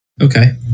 Okay